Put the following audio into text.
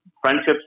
friendships